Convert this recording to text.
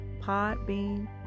Podbean